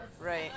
Right